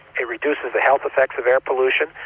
it reduces the health effects of air pollution,